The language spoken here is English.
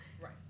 Right